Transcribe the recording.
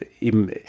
eben